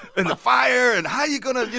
and the fire. and how you going you